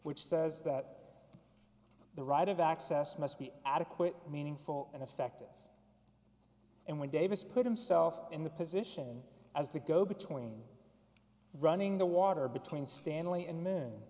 which says that the right of access must be adequate meaningful and effectiveness and when davis put himself in the position as the go between running the water between stanley